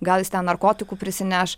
gal jis ten narkotikų prisineš